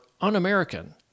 un-American